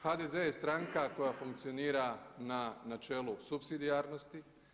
HDZ je stranka koja funkcionira na načelu supsidijarnosti.